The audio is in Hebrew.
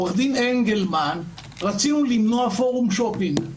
עורך דין אנגלמן אומר רצינו למנוע פורום שופינג.